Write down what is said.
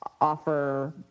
offer